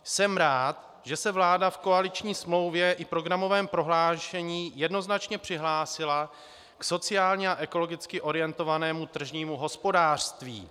Jsem rád, že se vláda v koaliční smlouvě i v programovém prohlášení jednoznačně přihlásila k sociálně a ekonomicky orientovanému tržnímu hospodářství.